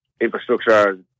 infrastructure